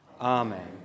Amen